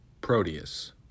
Proteus